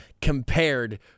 compared